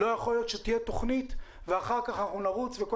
לא יכול שתהיה תוכנית ואחר כך אנחנו נרוץ וכל